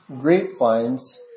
grapevines